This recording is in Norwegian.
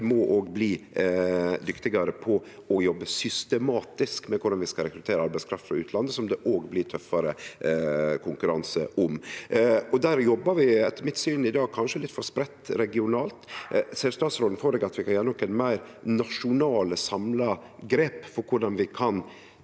vi må òg bli dyktigare på å jobbe systematisk med korleis vi skal rekruttere arbeidskraft frå utlandet, som det òg blir tøffare konkurranse om. Der jobbar vi etter mitt syn i dag kanskje litt for spreitt regionalt. Ser statsråden for seg at vi kan gjere nokon fleire nasjonale, samla grep på korleis